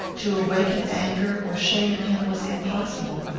to awaken anger or shame in him was impossible.